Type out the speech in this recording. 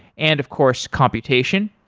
and of course, computation.